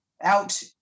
out